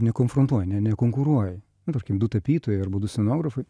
nekonfrontuoji ne nekonkuruoji nu tarkim du tapytojai arba du scenografai